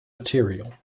material